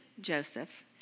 Joseph